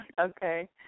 Okay